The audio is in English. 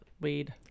Weed